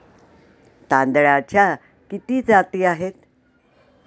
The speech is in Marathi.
तांदळाच्या किती जाती आहेत?